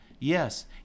Yes